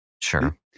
Sure